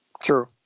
True